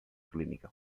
clínica